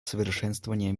совершенствования